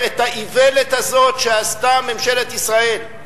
את האיוולת הזאת שעשתה ממשלת ישראל.